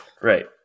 Right